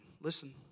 Listen